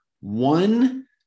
one